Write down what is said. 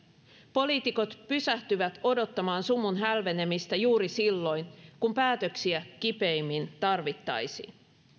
poliitikot pysähtyvät odottamaan sumun hälvenemistä juuri silloin kun päätöksiä kipeimmin tarvittaisiin